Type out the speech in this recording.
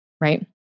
right